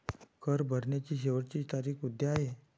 कर भरण्याची शेवटची तारीख उद्या आहे